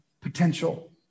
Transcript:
potential